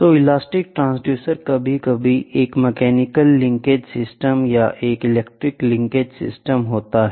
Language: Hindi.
तो इलास्टिक ट्रांसड्यूसर कभी कभी एक मैकेनिकल लिंकेज सिस्टम या एक इलेक्ट्रिक लिंकेज सिस्टम होते हैं